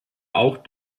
auch